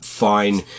fine